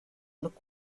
look